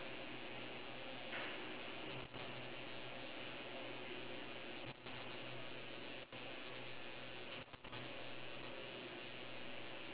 okay oh if your life were being made into a movie what parts will you want the director to focus on